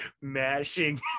mashing